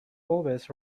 always